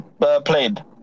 Played